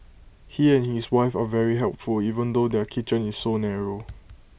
he and his wife are very helpful even though their kitchen is so narrow